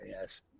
yes